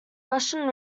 russian